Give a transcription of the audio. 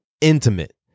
intimate